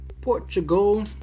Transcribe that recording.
Portugal